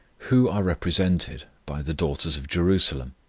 who are represented by the daughters of jerusalem?